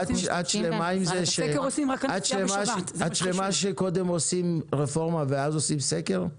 את שלמה עם זה שקודם עושים רפורמה ואחר כך עושים סקר?